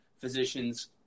physicians